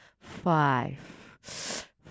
Five